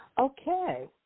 Okay